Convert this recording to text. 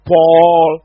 Paul